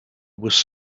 was